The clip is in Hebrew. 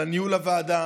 על ניהול הוועדה,